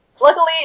Luckily